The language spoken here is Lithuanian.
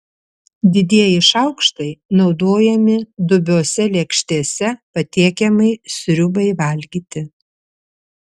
didieji šaukštai naudojami dubiose lėkštėse patiekiamai sriubai valgyti